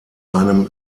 einem